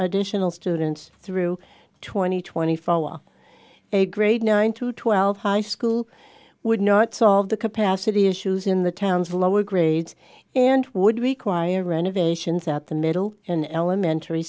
additional students through twenty twenty four while a grade nine to twelve high school would not solve the capacity issues in the town's lower grades and would require renovations out the middle and elementary